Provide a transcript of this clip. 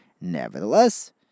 Nevertheless